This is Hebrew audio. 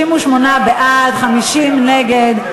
אלקטרונית.